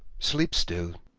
sleeps still.